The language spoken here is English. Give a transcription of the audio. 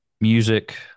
music